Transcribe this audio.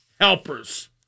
helpers